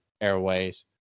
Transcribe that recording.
airways